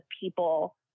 people